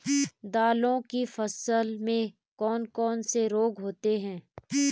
दालों की फसल में कौन कौन से रोग होते हैं?